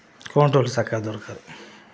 కొముటోళ్లు సక్కగా దొరకరు